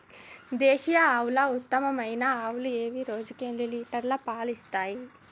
దేశీయ ఆవుల ఉత్తమమైన ఆవులు ఏవి? రోజుకు ఎన్ని లీటర్ల పాలు ఇస్తాయి?